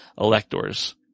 electors